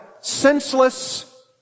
senseless